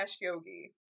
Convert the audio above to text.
Yogi